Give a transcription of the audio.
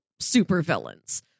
supervillains